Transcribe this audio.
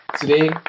today